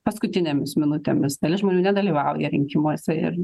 paskutinėmis minutėmis dalis žmonių nedalyvauja rinkimuose ir